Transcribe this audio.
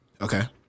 Okay